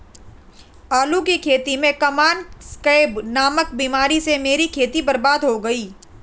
आलू की खेती में कॉमन स्कैब नामक बीमारी से मेरी खेती बर्बाद हो गई